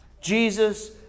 Jesus